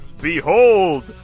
Behold